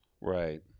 Right